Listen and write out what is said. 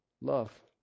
Love